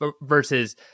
versus